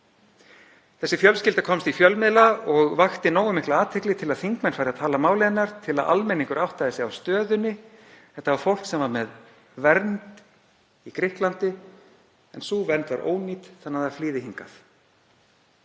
Þessi fjölskylda komst í fjölmiðla og vakti nógu mikla athygli til að þingmenn færu að tala máli hennar, til að almenningur áttaði sig á stöðunni. Þetta var fólk sem var með vernd í Grikklandi en sú vernd var ónýt þannig að það flýði hingað.